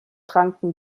tranken